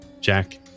Jack